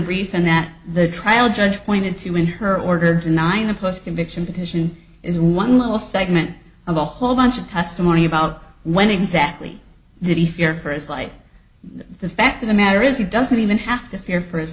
reason that the trial judge pointed to in her order denying the post conviction petition is one little segment of a whole bunch of testimony about when exactly did he fear for his life the fact of the matter is he doesn't even have to fear for his